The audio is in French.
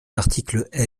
article